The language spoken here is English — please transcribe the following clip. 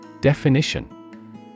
Definition